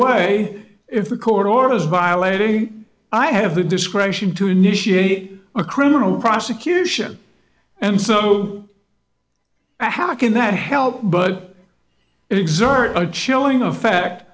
way if a court order is violating i have the discretion to initiate a criminal prosecution and so how can that help but it exert a chilling effect